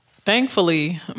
Thankfully